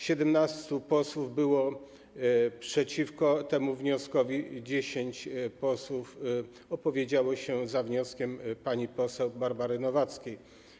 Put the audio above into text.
17 posłów było przeciwko temu wnioskowi, 10 posłów opowiedziało się za wnioskiem pani poseł Barbary Nowackiej.